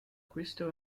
crystal